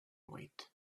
wait